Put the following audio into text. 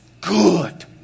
good